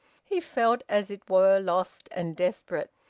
he felt as it were lost and desperate,